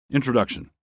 Introduction